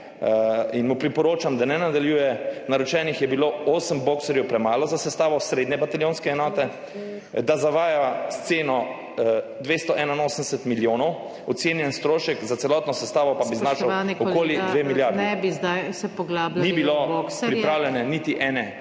in mu priporočam, da ne nadaljuje. Naročenih je bilo 8 boxerjev premalo za sestavo srednje bataljonske enote, da zavaja s ceno 281 milijonov, ocenjeni strošek za celotno sestavo pa bi znašal okoli 2 milijardi. PODPREDSEDNICA NATAŠA